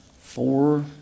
Four